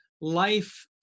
life